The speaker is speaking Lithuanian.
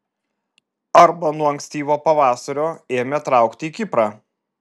arba nuo ankstyvo pavasario ėmė traukti į kiprą